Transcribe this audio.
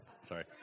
Sorry